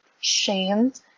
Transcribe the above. shamed